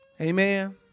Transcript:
Amen